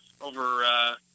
over